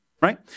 right